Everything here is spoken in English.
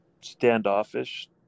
standoffish